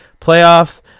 playoffs